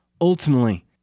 Ultimately